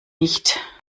nicht